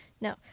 No